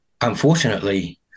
unfortunately